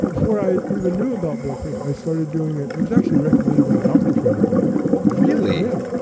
before i even knew about bulletproof i started doing it. it was actually recommended by a doctor friend of mine really? yeah.